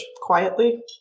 quietly